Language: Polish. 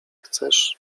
chcesz